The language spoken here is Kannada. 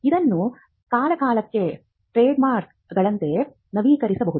ಅದನ್ನು ಕಾಲಕಾಲಕ್ಕೆ ಟ್ರೇಡ್ಮಾರ್ಕ್ಗಳಂತೆ ನವೀಕರಿಸಬಹುದು